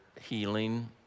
healing